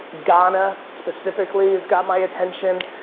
ghana, specifically, has got my attention.